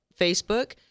facebook